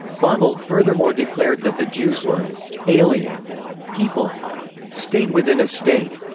bonald furthermore declared that the jews were an alien people, a state within a state,